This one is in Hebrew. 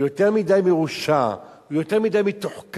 הוא יותר מדי מרושע, הוא יותר מדי מתוחכם,